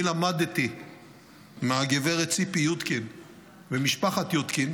אני למדתי מהגברת ציפי יודקין וממשפחת יודקין